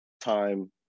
time